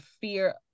fear